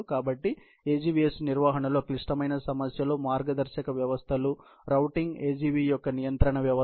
కాబట్టి AGVS నిర్వహణలో క్లిష్టమైన సమస్యలు మార్గదర్శక వ్యవస్థలు రౌటింగ్ AGV యొక్క నియంత్రణ వ్యవస్థ